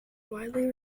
widely